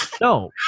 No